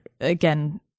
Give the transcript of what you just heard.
again